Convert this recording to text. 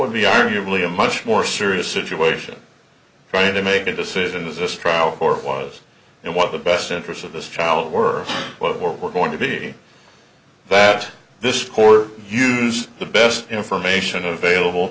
would be arguably a much more serious situation trying to make a decision as this trial court was and what the best interests of this child were what we're going to be that this court use the best information available